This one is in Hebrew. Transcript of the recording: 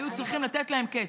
היו צריכים לתת להם כסף.